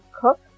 cook